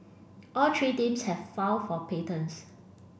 all three teams have filed for patents